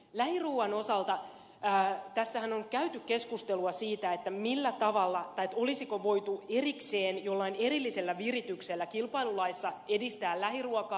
lähiruuan osalta tässähän on käyty keskustelua siitä olisiko voitu erikseen jollain erillisellä virityksellä kilpailulaissa edistää lähiruokaa